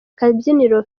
akabyiniriro